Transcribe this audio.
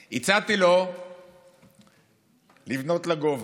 באמת, לבנות לגובה.